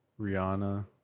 Rihanna